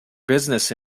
business